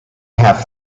have